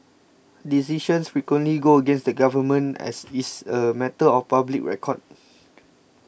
decisions frequently go against the government as is a matter of public record